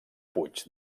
puig